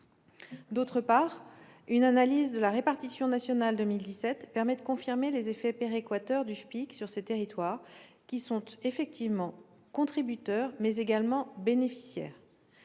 ailleurs, une analyse de la répartition nationale 2017 permet de confirmer les effets péréquateurs du FPIC sur ces territoires, qui sont effectivement contributeurs, mais également bénéficiaires.